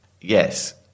Yes